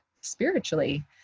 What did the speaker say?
spiritually